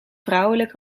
vrouwelijk